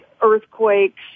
earthquakes